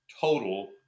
total